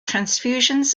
transfusions